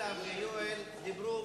מולה ויואל דיברו,